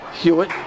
Hewitt